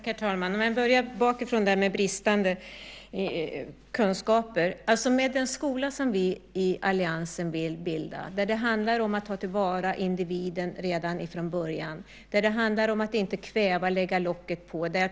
Herr talman! Jag börjar bakifrån med frågan om bristande kunskaper. Med den skola som vi i alliansen vill skapa handlar det om att ta till vara individen redan från början. Där handlar det om att inte kväva och lägga locket på.